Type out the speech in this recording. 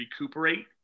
recuperate